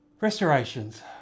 Restorations